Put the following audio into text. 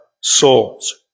souls